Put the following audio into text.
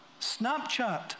Snapchat